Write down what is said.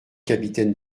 capitaine